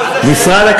זה הסרת חסמים.